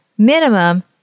Minimum